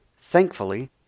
Thankfully